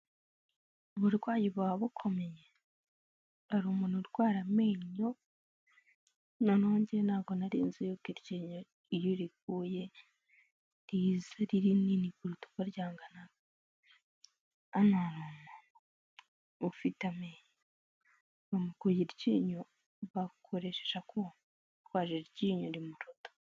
Uburwayi buba bukomeye, hari umuntu urwara amenyo, nohe ngewe ntabwo nari nzi yuko iryinyo iyo urikuye riza ari rinini kuruta uko ryanganaga, hano hari umuntu ufite amenyo, bamukuye iryinyo bakoreshe akuma ariko hari iryinyo rimuruta.